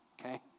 okay